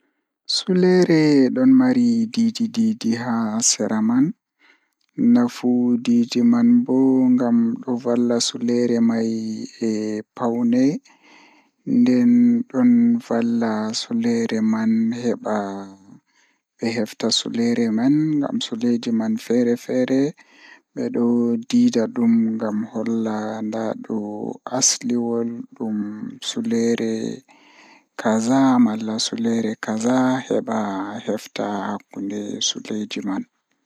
Ko njamaaji ngorko, ko njamaaji ngorko fayi. Ɓe rewɓe njiddaade laawol njamaaji ngal, rewɓe fiyaangu ko fayi. E hoore ngal ko njamaaji rewɓe.